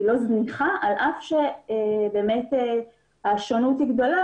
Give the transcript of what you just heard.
היא לא זניחה, על אף שהשונות היא גדולה.